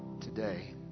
today